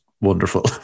wonderful